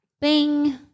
Bing